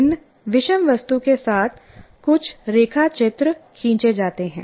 भिन्नविषम वस्तु के साथ कुछ रेखाचित्र खींचे जाते हैं